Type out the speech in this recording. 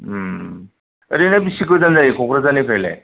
ओरैनो बेसे गोजान जायो क'क्राझारनिफ्रायलाय